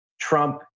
Trump